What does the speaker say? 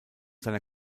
seiner